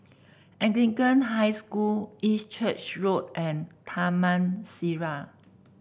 Anglican High School East Church Road and Taman Sireh